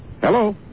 Hello